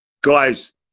Guys